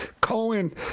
Cohen